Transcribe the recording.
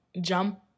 jump